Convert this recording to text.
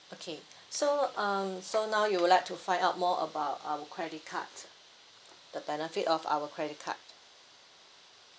okay so um so now you would like to find out more about our credit card the benefit of our credit card